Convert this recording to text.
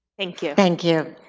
thank you. thank you.